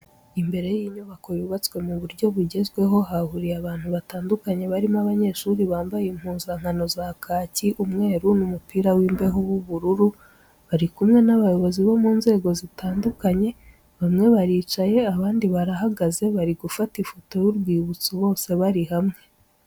Imbere y'inyubako yubatswe mu buryo bugezweho hahuriye abantu batandukanye barimo abanyeshuri bambaye impuzankano za kaki, umweru n'umupira w'imbeho w'ubururu bari kumwe n'abayobozi bo mu nzego zzitandukanye bamwe baricaye abandi barahagaze bari gufata ifoto y'urwibutso bose bari hamwe.